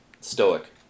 Stoic